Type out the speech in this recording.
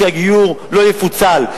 שהגיור לא יפוצל.